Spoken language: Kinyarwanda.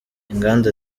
inganda